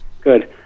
Good